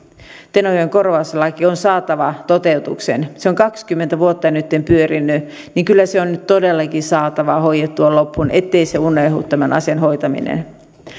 tenojoen korvauslaki on saatava toteutukseen se on kaksikymmentä vuotta nytten pyörinyt niin että kyllä se on nyt todellakin saatava hoidettua loppuun ettei unohdu tämän asian hoitaminen